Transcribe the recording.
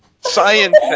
Science